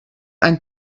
ein